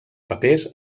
papers